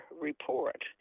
report